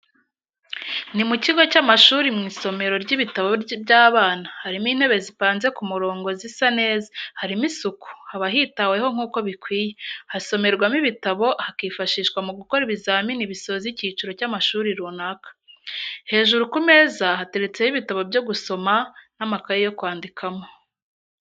Ni mu kigo cy'amashuri mu isomero ry'ibitabo by'abana, harimo intebe zipanze ku murongo zisa neza, harimo isuku, habahitaweho nkuko bikwiye, hasomerwamo ibitabo, hakifashishwa mugukora ibizamini bisoza icyiciro cy'amashuri runaka. Hejuru ku meza ziteretseho ibitabo byo gusoma n'amakayi yo kwandikamo.